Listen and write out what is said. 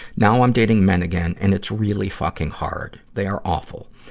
now i'm dating men again, and it's really fucking hard. they are awful.